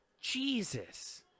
Jesus